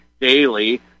daily